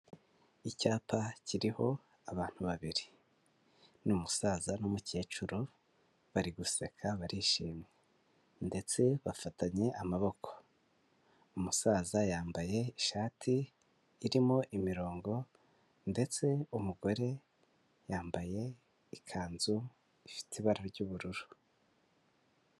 Icyapa kiriho abantu babiri ni umusaza n'umukecuru bari guseka barishimye ndetse bafatanye amaboko, umusaza yambaye ishati irimo imirongo ndetse umugore yambaye ikanzu ifite ibara ry'ubururu.